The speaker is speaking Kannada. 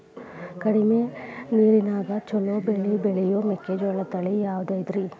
ಕಡಮಿ ನೇರಿನ್ಯಾಗಾ ಛಲೋ ಬೆಳಿ ಬೆಳಿಯೋ ಮೆಕ್ಕಿಜೋಳ ತಳಿ ಯಾವುದ್ರೇ?